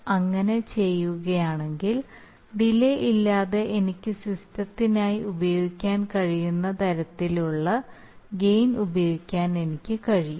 ഞാൻ അങ്ങനെ ചെയ്യുകയാണെങ്കിൽ ഡിലേ ഇല്ലാതെ എനിക്ക് സിസ്റ്റത്തിനായി ഉപയോഗിക്കാൻ കഴിയുന്ന തരത്തിലുള്ള ഗെയിൻ ഉപയോഗിക്കാൻ എനിക്ക് കഴിയും